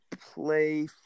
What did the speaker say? play